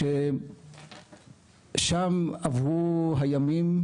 וכששם עברו הימים,